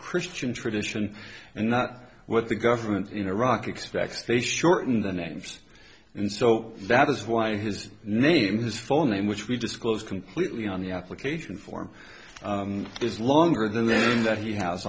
christian tradition and not what the government in iraq expects to shorten the names and so that is why his name his phone name which we disclose completely on the application form is longer than that he has